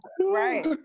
Right